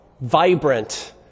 vibrant